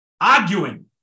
arguing